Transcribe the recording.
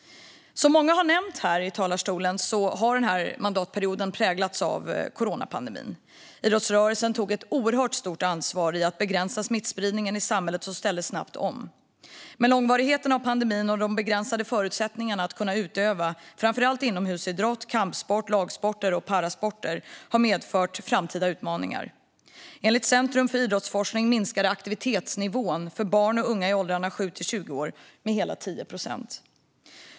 Som många har nämnt här i talarstolen har den här mandatperioden präglats av coronapandemin. Idrottsrörelsen tog ett oerhört stort ansvar för att begränsa smittspridningen i samhället och ställde snabbt om. Men långvarigheten av pandemin och de begränsade förutsättningarna att utöva framför allt inomhusidrott, kampsport, lagsporter och parasporter har medfört framtida utmaningar. Enligt Centrum för idrottsforskning minskade aktivitetsnivån för barn och unga i åldrarna 7-20 år med hela 10 procent.